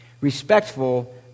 Respectful